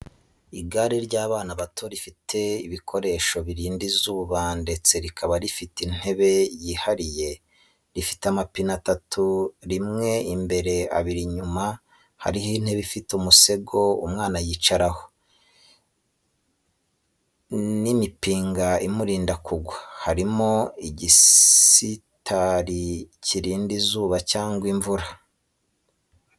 Igare rya bana bato rifite ibikoresho birinda izuba ndetse rikaba rifite intebe yihariye. Rifite amapine atatu rimwe imbere abiri inyuma hariho intebe ifite umusego umwana yicaraho, n’imipinga imurinda kugwa. Harimo igisitari kirinda izuba cyangwa imvura.